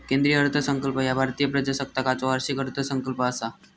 केंद्रीय अर्थसंकल्प ह्या भारतीय प्रजासत्ताकाचो वार्षिक अर्थसंकल्प असा